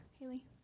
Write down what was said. Haley